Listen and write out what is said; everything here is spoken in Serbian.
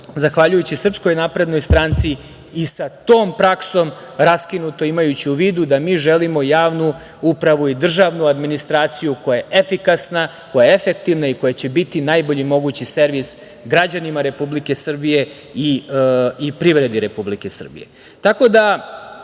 zahvaljujući SNS, i sa tom praksom raskinuto, imajući u vidu da mi želimo javnu upravu i državnu administraciju koja je efikasna, koja je efektivna i koja će biti najbolji mogući servis građanima Republike Srbije i privredi Republike Srbije. Tako